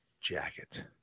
jacket